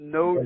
no